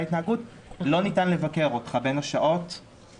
ההתנהגות: לא ניתן לבקר אותך בין השעות אלה ואלה.